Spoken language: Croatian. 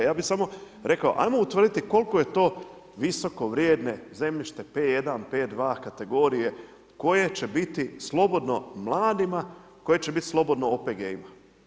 Ja bi samo rekao, ajmo utvrditi, koliko je to visoko vrijedno zemljište, P1, P2, kategorije, koje će biti slobodno mladima, koje će biti slobodno OPG-ima?